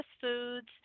foods